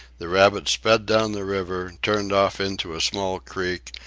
the rabbit sped down the river, turned off into a small creek,